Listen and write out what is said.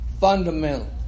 fundamental